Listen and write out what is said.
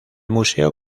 museo